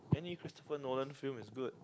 any Christopher Nolan film is good